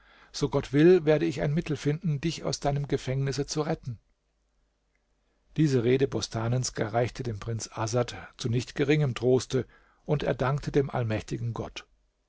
so gott will werde ich ein mittel finden dich aus deinem gefängnisse zu retten diese rede bostanens gereichte dem prinzen asad zu nicht geringem troste und er dankte dem allmächtigen gott